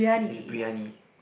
is briyani